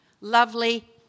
lovely